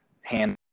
hand